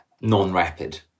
non-rapid